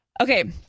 Okay